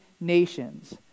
nations